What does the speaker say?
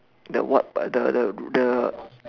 the what but the the